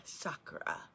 chakra